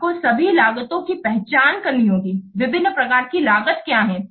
आपको सभी लागतों की पहचान करनी होगी विभिन्न प्रकार की लागत क्या हैं